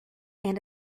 and